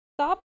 stop